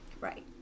Right